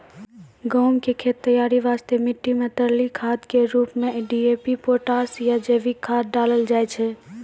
गहूम के खेत तैयारी वास्ते मिट्टी मे तरली खाद के रूप मे डी.ए.पी पोटास या जैविक खाद डालल जाय छै